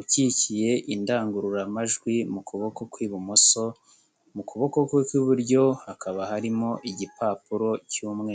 ukikiye indangururamajwi mu kuboko kw'ibumoso, mu kuboko kwe kw'iburyo hakaba harimo igipapuro cy'umweru.